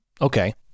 Okay